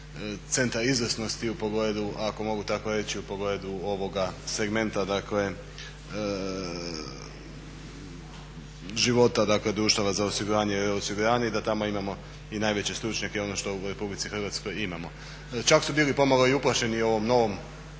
centar izvrsnosti u pogledu, ako mogu tako reći, u pogledu ovoga segmenta dakle života, dakle društava za osiguranje i re osiguranje i da tamo imamo i najveće stručnjake one što u Republici Hrvatskoj imamo. Čak su bili pomalo i uplašeni ovom novom